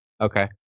Okay